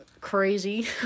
crazy